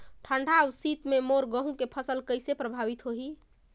ठंडा अउ शीत मे मोर गहूं के फसल कइसे प्रभावित होही?